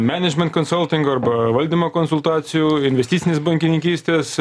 menedžment konsulting arba valdymo konsultacijų investicinės bankininkystės